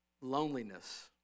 loneliness